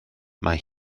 mae